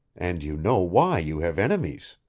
and you know why you have enemies!